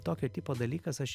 tokio tipo dalykas aš